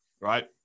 right